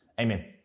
amen